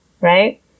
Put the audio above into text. right